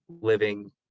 living